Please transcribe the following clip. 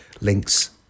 links